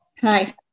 Hi